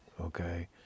okay